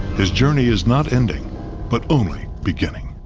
his journey is not ending but only beginning.